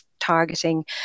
targeting